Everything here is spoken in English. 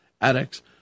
addicts